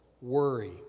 worry